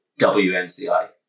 WMCI